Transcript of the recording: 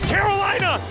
Carolina